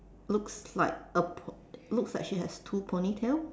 looks like a po~ looks like she had two ponytails